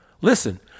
Listen